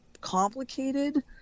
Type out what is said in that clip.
complicated